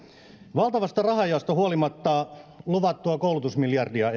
valtavasta rahanjaosta huolimatta luvattua koulutusmiljardia